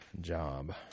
job